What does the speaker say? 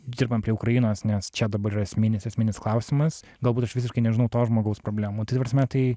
dirbam prie ukrainos nes čia dabar yra esminis esminis klausimas galbūt aš visiškai nežinau to žmogaus problemų tai ta prasme tai